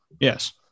Yes